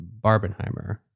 Barbenheimer